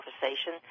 conversation